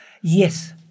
Yes